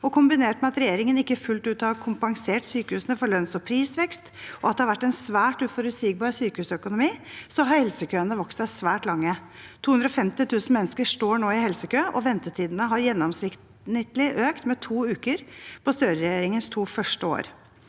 Kombinert med at regjeringen ikke fullt ut har kompensert sykehusene for lønns- og prisvekst, og at det har vært en svært uforutsigbar sykehusøkonomi, har helsekøene vokst seg svært lange. 250 000 mennesker står nå i helsekø, og ventetidene har i gjennomsnitt økt med to uker i løpet av Støre-regjeringens to første år.